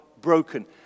broken